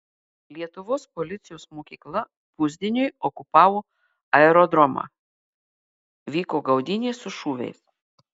lietuvos policijos mokykla pusdieniui okupavo aerodromą vyko gaudynės su šūviais